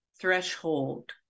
threshold